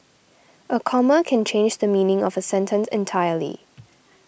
a comma can change the meaning of a sentence entirely